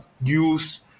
use